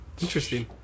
Interesting